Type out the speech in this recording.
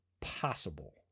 possible